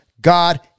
God